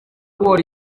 kubohora